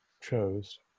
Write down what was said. chose